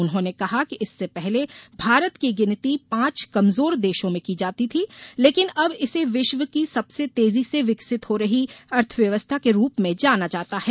उन्होंने कहा कि इससे पहले भारत की गिनती पांच कमजोर देशों में की जाती थी लेकिन अब इसे विश्व की सबसे तेज़ी से विकसित हो रही अर्थव्यवस्था के रूप में जाना जाता है